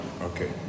Okay